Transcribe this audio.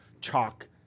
chalk